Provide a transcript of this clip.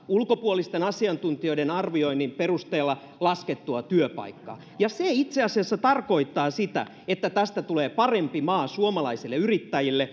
ulkopuolisten asiantuntijoiden arvioinnin perusteella laskettua työpaikkaa ja se itse asiassa tarkoittaa sitä että tästä tulee parempi maa suomalaisille yrittäjille